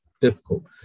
difficult